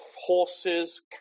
horses